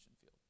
field